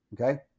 okay